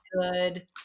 good